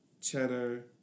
Cheddar